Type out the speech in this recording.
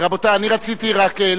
אין מתנגדים, יש נמנע אחד.